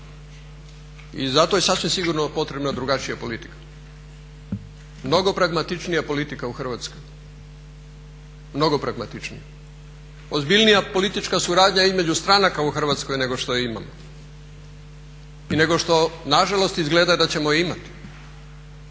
I zato je sasvim sigurno potrebna drugačija politika. Mnogo pragmatičnija politika u Hrvatskoj, mnogo pragmatičnija. Ozbiljnija politička suradnja između stranaka u Hrvatskoj nego što je imamo i nego što na žalost izgleda da ćemo je imati.